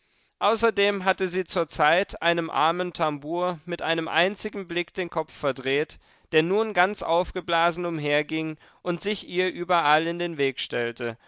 außerdem hatte sie zur zeit einem armen tambour mit einem einzigen blick den kopf verdreht der nun ganz aufgeblasen umherging und sich ihr überall in den weg stellte